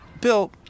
Bill